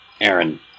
Aaron